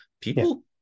people